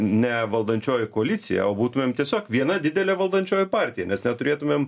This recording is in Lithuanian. ne valdančioji koalicija o būtumėm tiesiog viena didelė valdančioji partija nes neturėtumėm